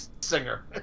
singer